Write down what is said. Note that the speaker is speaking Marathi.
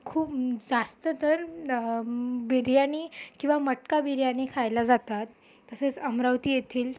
खूप जास्त तर बिर्याणी किंवा मटका बिर्याणी खायला जातात तसेच अमरावती येथील